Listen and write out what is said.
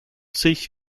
sich